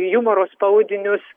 jumoro spaudinius